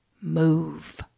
move